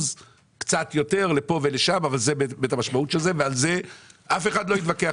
ועל זה אף אחד לא יתווכח.